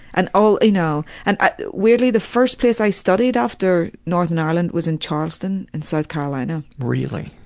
and all, you know and weirdly the first place i studied after northern ireland was in charleston, in south carolina. really.